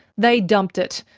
they dumped it,